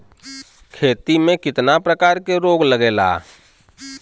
खेती में कितना प्रकार के रोग लगेला?